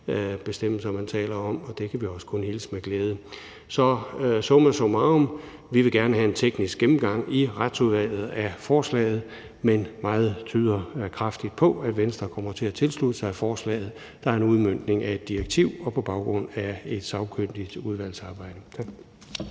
bestemmelser, man taler om, og det kan vi også kun hilse med glæde. Så summa summarum: Vi vil gerne have en teknisk gennemgang i Retsudvalget af forslaget. Men meget tyder kraftigt på, at Venstre kommer til at tilslutte sig forslaget, der er en udmøntning af et direktiv og lavet på baggrund af et sagkyndigt udvalgsarbejde.